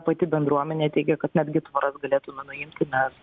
pati bendruomenė teigia kad netgi tvoras galėtume nuimti nes